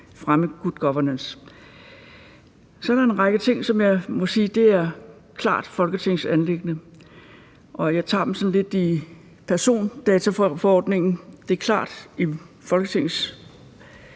fremme good governance. Så er der en række ting, som jeg må sige klart er et folketingsanliggende. Jeg tager dem sådan lige. Hvad angår persondataforordningen, ligger det klart i Folketingets